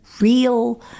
real